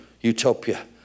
utopia